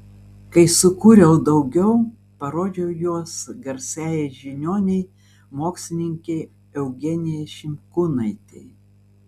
kai sukūriau daugiau parodžiau juos garsiajai žiniuonei mokslininkei eugenijai šimkūnaitei